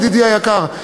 ידידי היקר.